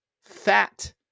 Fat